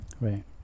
Right